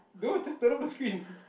no just turn off the screen